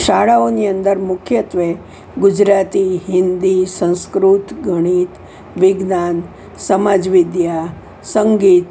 શાળાઓની અંદર મુખ્યત્વે ગુજરાતી હિન્દી સંસ્કૃત ગણિત વિજ્ઞાન સમાજવિદ્યા સંગીત